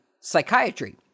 psychiatry